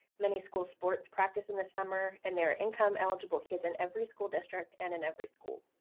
many school sports practice in the summer, and there are income eligible kids in every school district and in every school.